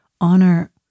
honor